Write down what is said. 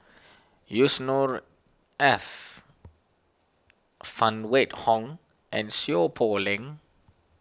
Yusnor Ef Phan Wait Hong and Seow Poh Leng